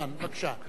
אדוני היושב-ראש,